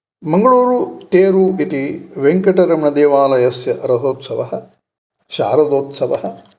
मङ्गलूरु तेरु इति वेङ्कटरमणदेवालयस्य रथोत्सवः शारदोत्सवः